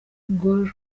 gor